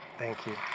thank you.